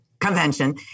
Convention